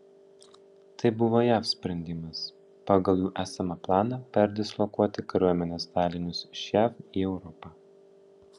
tai buvo jav sprendimas pagal jų esamą planą perdislokuoti kariuomenės dalinius iš jav į europą